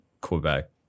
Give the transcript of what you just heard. Quebec